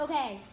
Okay